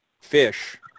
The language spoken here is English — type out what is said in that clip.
Fish